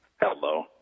Hello